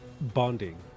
bonding